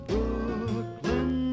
Brooklyn